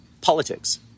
politics